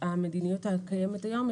יש